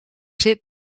zit